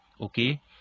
okay